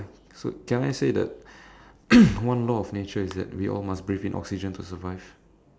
so can I say that one law of nature is that we all must breathe in oxygen to survive